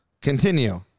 Continue